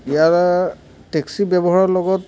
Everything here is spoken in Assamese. ইয়াৰ টেক্সি ব্যৱহাৰৰ লগত